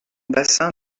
bassin